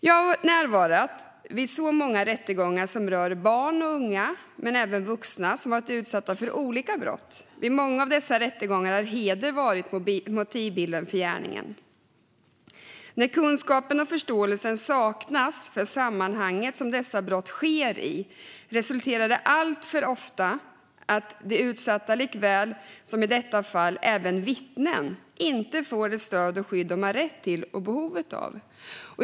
Jag har närvarat vid många rättegångar med barn och unga, men även vuxna, som varit utsatta för olika brott. Vid många av dessa rättegångar har heder funnits med i motivbilden för gärningen. När det saknas kunskap och förståelse för det sammanhang som dessa brott sker i resulterar det alltför ofta i att varken de utsatta eller, som i detta fall, vittnen får det stöd de har rätt till och behov av.